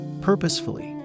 purposefully